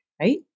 right